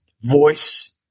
voice